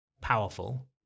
powerful